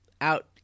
out